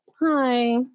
hi